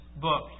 book